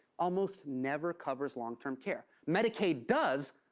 almost never covers long-term care. medicaid does,